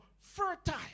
fertile